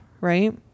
right